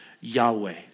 Yahweh